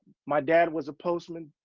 my dad was a postman,